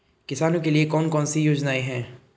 किसानों के लिए कौन कौन सी योजनाएं हैं?